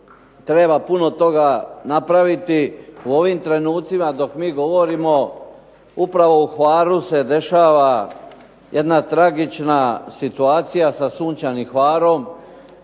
treba puno toga napraviti. U ovim trenucima dok mi govorimo upravo u Hvaru se dešava jedna tragična situacija sa "Sunčanim Hvarom".